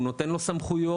הוא נותן לו סמכויות,